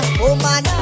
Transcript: woman